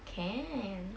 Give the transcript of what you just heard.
can